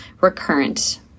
recurrent